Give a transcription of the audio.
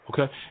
Okay